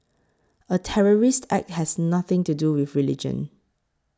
a terrorist act has nothing to do with religion